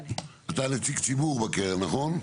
אתה נציג ציבור בקרן, נכון?